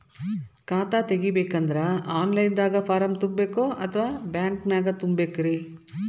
ಖಾತಾ ತೆಗಿಬೇಕಂದ್ರ online ದಾಗ ಫಾರಂ ತುಂಬೇಕೊ ಅಥವಾ ಬ್ಯಾಂಕನ್ಯಾಗ ತುಂಬ ಬೇಕ್ರಿ?